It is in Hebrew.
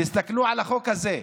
תסתכלו מתי הונח החוק הזה: